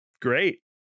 great